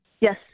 Yes